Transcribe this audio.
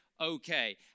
okay